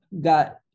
got